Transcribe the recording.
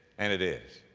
and it is.